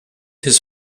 his